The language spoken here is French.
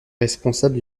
responsable